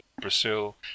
Brazil